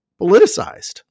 politicized